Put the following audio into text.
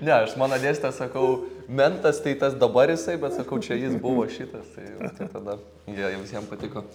ne aš mano dėstytojas sakau mentas tai tas dabar jisai bet sakau čia jis buvo šitas tai va tai tada jo i visiem patiko